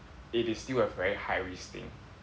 it is still a very high risk thing